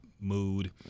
mood